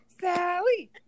Sally